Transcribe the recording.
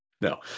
No